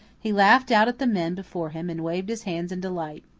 he laughed out at the men before him and waved his hands in delight.